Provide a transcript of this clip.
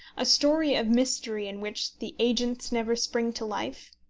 a story of mystery in which the agents never spring to life,